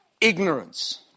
ignorance